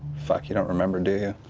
fuck, you don't remember, do you?